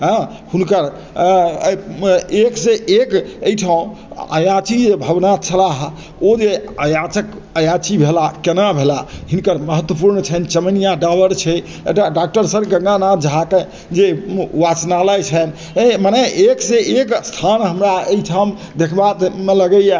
हँ हुनकर एक सँ एक अइ ठाउँ अयाची जे भवनाथ छलाह हइ ओ जे अयाचक अयाची भेलाह केना भेलाह हिनकर महत्त्वपूर्ण छन्हि चमनिया डाबर छै एकटा डॉक्टर सर गंगानाथ झाके जे वाचनालय छन्हि एँ मने एक सँ एक स्थान हमरा अइ ठाम देखबामे लगइए